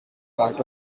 part